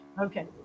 Okay